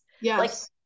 Yes